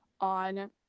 on